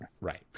Right